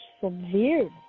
severe